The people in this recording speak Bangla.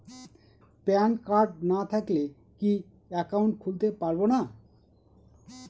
প্যান কার্ড না থাকলে কি একাউন্ট খুলতে পারবো না?